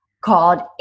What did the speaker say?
called